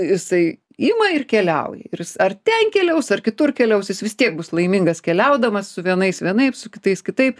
jisai ima ir keliauja ir jis ar ten keliaus ar kitur keliaus jis vis tiek bus laimingas keliaudamas su vienais vienaip su kitais kitaip